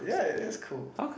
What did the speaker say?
yeah it is cool